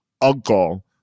uncle